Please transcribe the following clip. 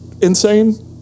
insane